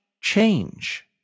change